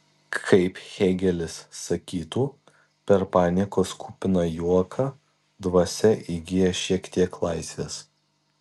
kaip hėgelis sakytų per paniekos kupiną juoką dvasia įgyja šiek tiek laisvės